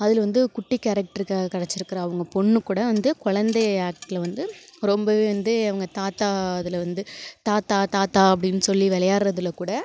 அதில் வந்து குட்டி கேரக்ட்ருக்கு கிடச்சிருக்கற அவங்க பொண்ணு கூட வந்து குழந்தை ஆக்ட்ல வந்து ரொம்பவே வந்து அவங்க தாத்தா இதில் வந்து தாத்தா தாத்தா அப்படின் சொல்லி விளையார்றதுல கூட